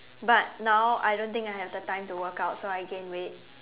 but now I don't think I have the time to workout so I gained weight